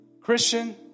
Christian